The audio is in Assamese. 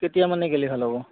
কেতিয়া মানে গ'লে ভাল হ'ব